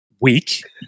week